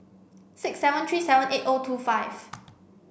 six seven three seven eight O two five